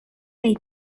kaj